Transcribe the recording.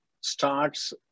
starts